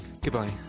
Goodbye